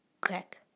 crack